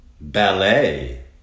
Ballet